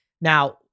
Now